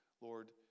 Lord